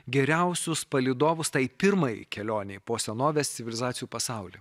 geriausius palydovus tai pirmajai kelionei po senovės civilizacijų pasaulį